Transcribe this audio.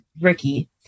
Ricky